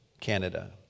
Canada